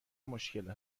مشکل